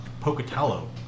Pocatello